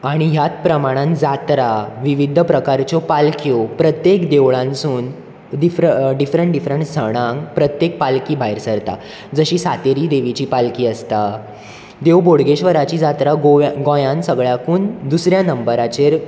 आनी ह्याच प्रणानांत जात्रा विविध प्रकारच्यो पालख्यो प्रत्येक देवळांतसून डिफ्र डिफ्रंट सणांक प्रत्येक पालखी भायर सरता जशी सातेरी देवीची पालखी आसता देव बोडगेश्वराची जात्रा गोंय गोंयांत सगल्याकून दुसऱ्या नंबराचेर